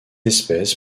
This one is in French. espèce